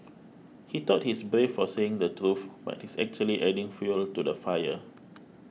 he thought he's brave for saying the truth but he's actually adding fuel to the fire